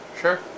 sure